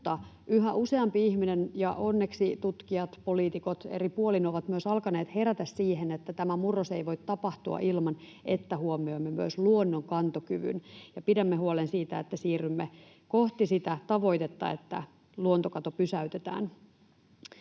yhä useampi ihminen ja onneksi myös tutkijat, poliitikot eri puolin ovat alkaneet herätä siihen, että tämä murros ei voi tapahtua ilman, että huomioimme myös luonnon kantokyvyn ja pidämme huolen siitä, että siirrymme kohti sitä tavoitetta, että luontokato pysäytetään.